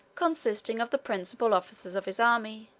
consisting of the principal officers of his army,